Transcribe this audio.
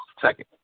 second